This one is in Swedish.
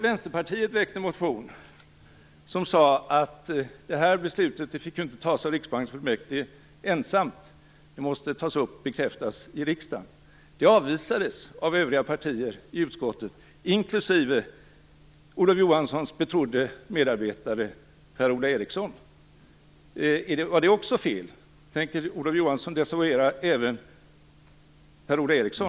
Vänsterpartiet hade väckt en motion om att beslutet inte fick fattas av riksbanksfullmäktige ensamt. Det måste också tas upp i och bekräftas av riksdagen. Förslaget avvisades av övriga partier i utskottet, inklusive Olof Johanssons betrodde medarbetare, Per-Ola Eriksson. Var det också fel? Tänker Olof Johansson desavouera även Per-Ola Eriksson?